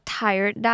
tired